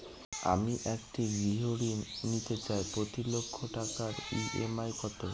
আমি একটি গৃহঋণ নিতে চাই প্রতি লক্ষ টাকার ই.এম.আই কত?